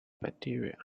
bacteria